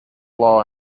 law